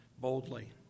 boldly